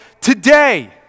today